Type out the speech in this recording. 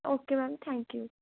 okay ma'am thank you